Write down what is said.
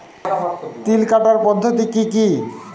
তিল কাটার পদ্ধতি কি কি?